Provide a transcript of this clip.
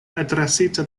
adresita